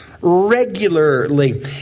regularly